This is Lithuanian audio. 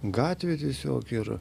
gatvė tiesiog ir